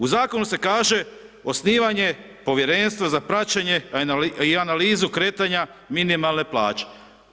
U Zakonu se kaže, osnivanje Povjerenstva za praćenje i analizu kretanja minimalne plaće.